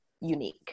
unique